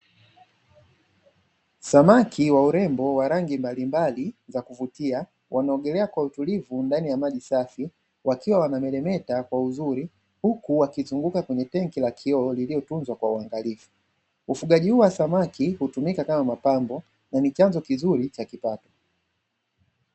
Samaki wa urembo wa rangi mbalimbali za kuvutia wanaogelea kwa utulivu ndani ya maji safi wakiwa wanameremeta kwa uzuri, huku wakizunguka kwenye tenki la kioo lililotunzwa kwa uangalifu. Samaki hutumika kama mapambo na nichanzo cha mapato.